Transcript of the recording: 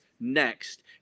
next